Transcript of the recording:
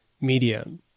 medium